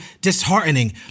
disheartening